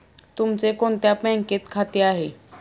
तुमचे कोणत्या बँकेत खाते आहे?